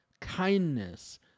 kindness